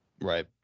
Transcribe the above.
right